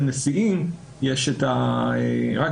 בשלטון נשיאותיות יש את המגבלה.